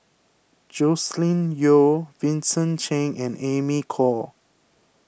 Joscelin Yeo Vincent Cheng and Amy Khor